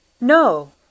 No